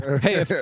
Hey